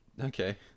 Okay